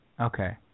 okay